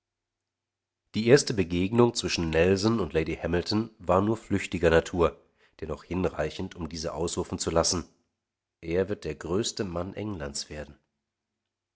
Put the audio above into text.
die erste begegnung zwischen nelson und lady hamilton war nur flüchtiger natur dennoch hinreichend um diese ausrufen zu lassen er wird der größte mann englands werden